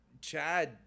Chad